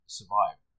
survive